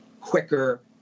quicker